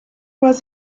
was